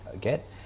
get